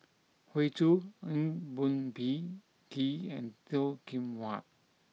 Hoey Choo Eng Boh Kee and Toh Kim Hwa